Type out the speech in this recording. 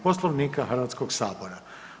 Poslovnika Hrvatskog sabora.